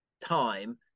time